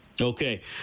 Okay